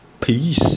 Peace